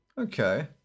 Okay